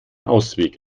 ausweg